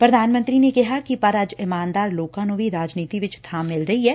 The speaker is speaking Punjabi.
ਪ੍ਰਧਾਨ ਮੰਤਰੀ ਨੇ ਕਿਹਾ ਂਕ ਪਰ ਅੱਜ ਇਮਾਨਦਾਰ ਲੋਕਾਂ ਨੂੰ ਵੀ ਰਾਜਨੀਤੀ ਵਿਚ ਬਾਂ ਮਿਲ ਰਹੀ ਐ